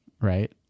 right